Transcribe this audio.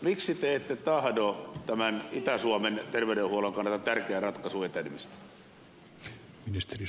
miksi te ette tahdo tämän itä suomen terveydenhuollon kannalta tärkeää ratkaisun etenemistä